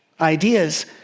ideas